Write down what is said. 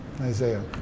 Isaiah